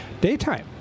daytime